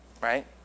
Right